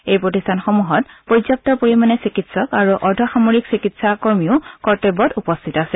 এই প্ৰতিষ্ঠানসমূহত পৰ্যাপ্ত পৰিমাণে চিকিৎসক আৰু অৰ্ধসামৰিক চিকিৎসা কৰ্মীও কৰ্তব্যত উপস্থিত আছে